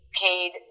paid